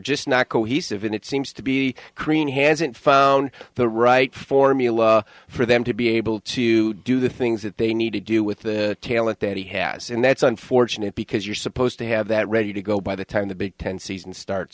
just not cohesive and it seems to be crean hands it found the right formula for them to be able to do the things that they need to do with the tail it that he has and that's unfortunate because you're supposed to have that ready to go by the time the big ten season starts